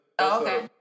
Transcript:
okay